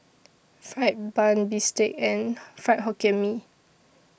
Fried Bun Bistake and Fried Hokkien Mee